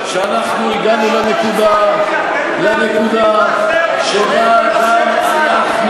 שאנחנו הגענו לנקודה שבה גם אנחנו,